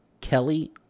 Kelly